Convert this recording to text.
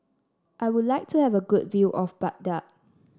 I would like to have a good view of Baghdad